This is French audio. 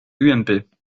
ump